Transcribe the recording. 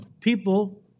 people